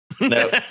No